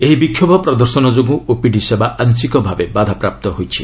ଏହି ବିକ୍ଷୋଭ ପ୍ରଦର୍ଶନ ଯୋଗୁଁ ଓପିଡି ସେବା ଆଂଶିକ ଭାବେ ବାଧାପ୍ରାପ୍ତ ହୋଇଛି